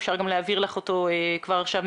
אפשר להעביר לך אותו כבר עכשיו,